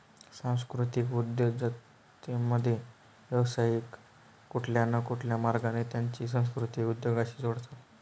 सांस्कृतिक उद्योजकतेमध्ये, व्यावसायिक कुठल्या न कुठल्या मार्गाने त्यांची संस्कृती उद्योगाशी जोडतात